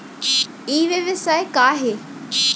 ई व्यवसाय का हे?